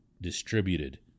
distributed